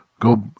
Go